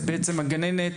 הגננת